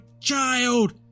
child